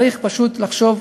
צריך לחשוב,